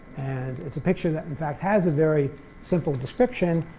and it's a picture that, in fact, has a very simple description.